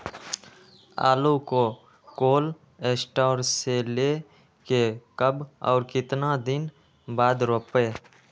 आलु को cold store से ले के कब और कितना दिन बाद रोपे?